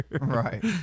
Right